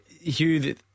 Hugh